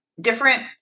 different